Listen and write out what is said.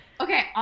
Okay